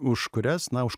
už kurias na už